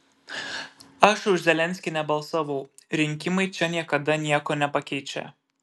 aš už zelenskį nebalsavau rinkimai čia niekada nieko nepakeičia